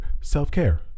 self-care